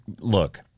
Look